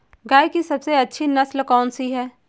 गाय की सबसे अच्छी नस्ल कौनसी है?